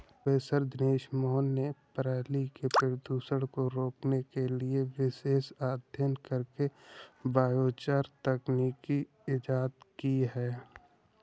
professor Dinesh Mohan ने पराली के प्रदूषण को रोकने के लिए विशेष अध्ययन करके बायोचार तकनीक इजाद की है